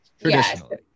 traditionally